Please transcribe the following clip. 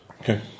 Okay